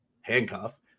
handcuff